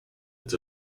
its